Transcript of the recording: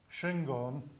Shingon